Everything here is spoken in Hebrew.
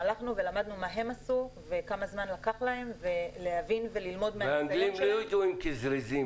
למדנו מה הם עשו וכמה זמן לקח להם --- והאנגלים לא ידועים כזריזים